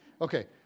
Okay